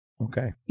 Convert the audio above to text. okay